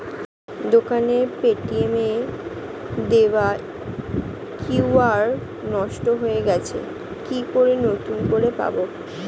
দোকানের পেটিএম এর দেওয়া কিউ.আর নষ্ট হয়ে গেছে কি করে নতুন করে পাবো?